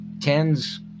tens